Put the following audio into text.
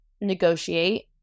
negotiate